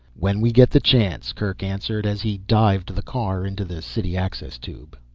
when we get the chance, kerk answered as he dived the car into the city access tube.